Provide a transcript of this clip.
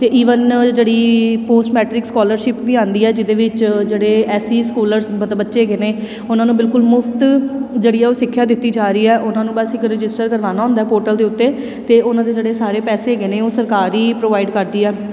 ਅਤੇ ਈਵਨ ਜਿਹੜੀ post matric scholarship ਵੀ ਆਉਂਦੀ ਆ ਜਿਹਦੇ ਵਿੱਚ ਜਿਹੜੇ ਐਸ ਸੀ ਸਕੋਲਰਸ ਮਤਲਬ ਬੱਚੇ ਹੈਗੇ ਨੇ ਉਹਨਾਂ ਨੂੰ ਬਿਲਕੁਲ ਮੁਫਤ ਜਿਹੜੀ ਆ ਉਹ ਸਿੱਖਿਆ ਦਿੱਤੀ ਜਾ ਰਹੀ ਆ ਉਹਨਾਂ ਨੂੰ ਬਸ ਇੱਕ ਰਜਿਸਟਰ ਕਰਵਾਉਣਾ ਹੁੰਦਾ ਪੋਰਟਲ ਦੇ ਉੱਤੇ ਅਤੇ ਉਹਨਾਂ ਦੇ ਜਿਹੜੇ ਸਾਰੇ ਪੈਸੇ ਹੈਗੇ ਨੇ ਉਹ ਸਰਕਾਰ ਹੀ ਪ੍ਰੋਵਾਈਡ ਕਰਦੀ ਆ